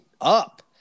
up